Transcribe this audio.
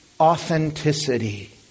authenticity